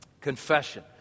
Confession